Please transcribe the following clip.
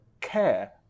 care